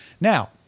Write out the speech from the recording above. Now